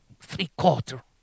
three-quarter